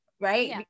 right